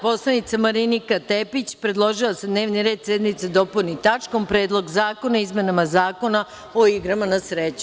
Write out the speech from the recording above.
Poslanica Marinika Tepić predložila je da se dnevni red sednice dopuni tačkom – Predloga zakona o izmenama Zakona o igrama na sreću.